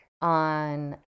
on